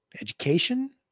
education